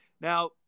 Now